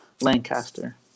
lancaster